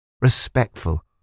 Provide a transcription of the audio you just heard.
respectful